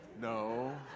No